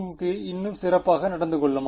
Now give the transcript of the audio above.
H1 இன்னும் சிறப்பாக நடந்து கொள்ளுமா